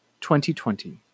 2020